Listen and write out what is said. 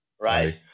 right